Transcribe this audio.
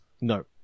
No